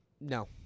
no